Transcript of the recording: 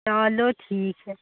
चलो ठीक है